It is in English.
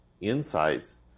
insights